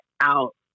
out